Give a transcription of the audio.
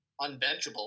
unbenchable